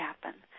happen